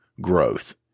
growth